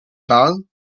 ball